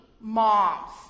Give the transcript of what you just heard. moms